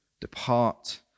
Depart